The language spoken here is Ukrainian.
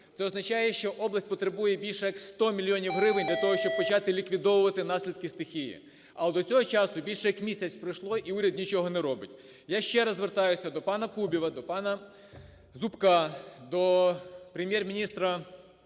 Це означає, що область потребує більш як 100 мільйонів гривень для того, щоб почати ліквідовувати наслідки стихії. А до цього часу більш як місяць пройшов, і уряд нічого не робить. Я ще раз звертаюся до пана Кубіва, до пана Зубка, до Прем'єр-міністра